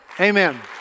Amen